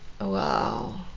Wow